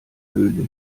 höhle